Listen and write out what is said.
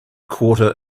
quarter